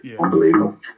unbelievable